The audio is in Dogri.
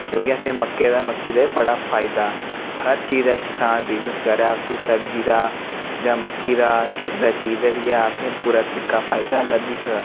क्योंकि असें मक्के मक्की दा बड़ा फायदा हर चीज़ दा किसान बिज़नस करै उसी सब्जी दा जां मक्की दा किसै चीज़ दा बी ऐ असेंगी पूरे तरीके दा फायदा लब्भी सकदा